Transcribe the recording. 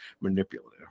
manipulative